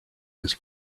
his